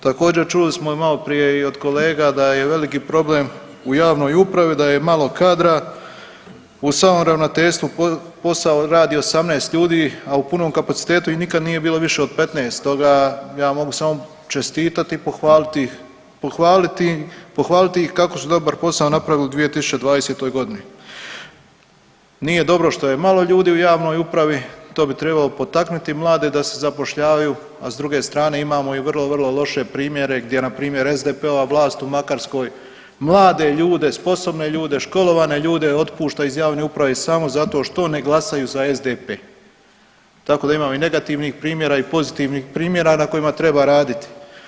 Također čuli smo i maloprije i od kolega da je veliki problem u javnoj upravi, da je malo kadra u samom ravnateljstvu posao radi 18 ljudi, a u punom kapacitetu ih nikad nije bilo više od 15, stoga ja mogu samo čestitati i pohvaliti ih kako su dobar posao napravili u 2020.g. Nije dobro što je malo ljudi u javnoj upravi, to bi trebao potaknuti mlade da se zapošljavaju, a s druge strane imamo i vrlo, vrlo loše primjere gdje npr. SDP-ova vlast u Makarskoj mlade ljude, sposobne ljude, školovane ljude otpušta iz javne uprave samo zato što ne glasaju za SDP, tako da imamo i negativnih primjera i pozitivnih primjera na kojima treba raditi.